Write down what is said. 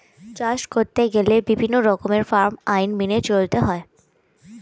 চাষ করতে গেলে বিভিন্ন রকমের ফার্ম আইন মেনে চলতে হয়